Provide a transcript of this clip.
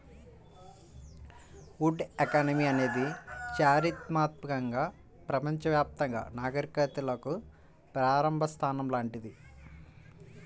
would economy అనేది చారిత్రాత్మకంగా ప్రపంచవ్యాప్తంగా నాగరికతలకు ప్రారంభ స్థానం లాంటిది